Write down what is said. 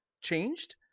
changed